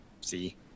see